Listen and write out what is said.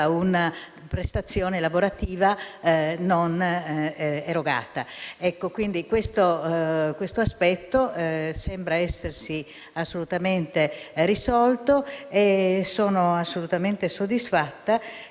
una prestazione lavorativa non erogata. Questo aspetto sembra essersi assolutamente risolto e sono assolutamente soddisfatta